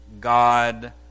God